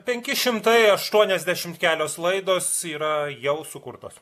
penki šimtai aštuoniasdešimt kelios laidos yra jau sukurtos